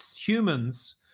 humans